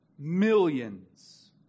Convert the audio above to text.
millions